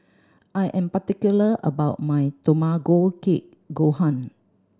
I am particular about my Tamago Kake Gohan